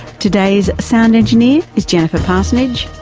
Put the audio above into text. today's sound engineer is jennifer parsonage.